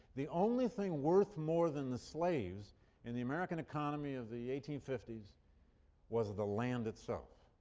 the only thing worth more than the slaves in the american economy of the eighteen fifty s was the land itself,